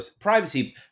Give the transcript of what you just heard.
privacy